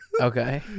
Okay